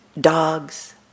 dogs